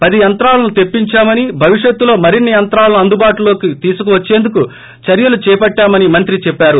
పది యంత్రాలను తెప్పించామని భవిష్యత్తులో మరిన్సి యంత్రాలను అందుబాటులోకి తీసుకువచ్చేందుకు చర్యలు చేపట్టామని మంత్రి చెప్పారు